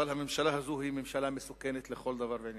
אבל הממשלה הזאת היא ממשלה מסוכנת לכל דבר ועניין.